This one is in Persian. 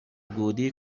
گودی